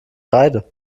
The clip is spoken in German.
kreide